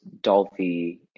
Dolphy